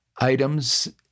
items